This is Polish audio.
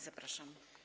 Zapraszam.